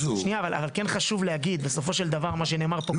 כן חשוב להגיד, בסופו של דבר, מה שנאמר פה קודם.